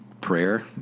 prayer